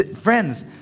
Friends